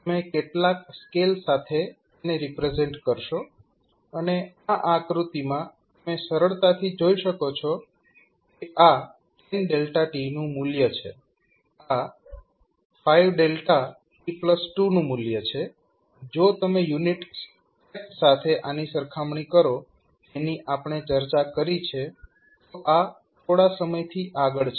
તમે કેટલાક સ્કેલ સાથે તેને રિપ્રેઝેન્ટ કરશો અને આ આકૃતિમાં તમે સરળતાથી જોઈ શકો છો કે આ 10 નું મૂલ્ય છે આ 5 t2નું મૂલ્ય છે જો તમે યુનિટ સ્ટેપ સાથે આની સરખામણી કરો જેની આપણે ચર્ચા કરી છે તો આ થોડા સમયથી આગળ છે